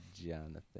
Jonathan